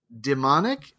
demonic